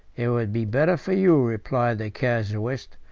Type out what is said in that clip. it would be better for you, replied the casuist,